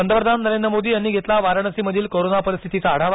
पंतप्रधान नरेंद्र मोदी यांनी घेतला वाराणसीमधील कोरोना परिस्थितीचा आढावा